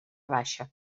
baixa